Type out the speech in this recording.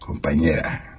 compañera